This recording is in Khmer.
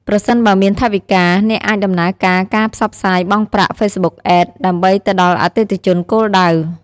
ប្រសិនបើមានថវិកា អ្នកអាចដំណើរការការផ្សព្វផ្សាយបង់ប្រាក់ ហ្វេសបុកអេដ ដើម្បីទៅដល់អតិថិជនគោលដៅ។